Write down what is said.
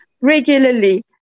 regularly